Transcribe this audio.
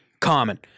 common